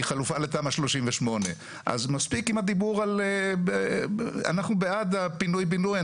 חלופה לתמ"א 38. אנחנו בעד פינוי בינוי,